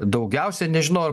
daugiausia nežinau ar